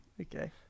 Okay